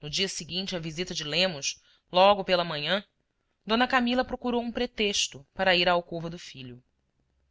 no dia seguinte à visita de lemos logo pela manhã d camila procurou um pretexto para ir à alcova do filho